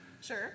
Sure